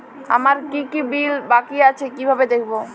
আমার কি কি বিল বাকী আছে কিভাবে দেখবো?